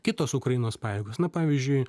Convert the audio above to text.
kitos ukrainos pajėgos na pavyzdžiui